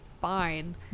fine